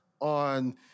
on